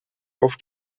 auf